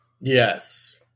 Yes